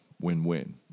Win-win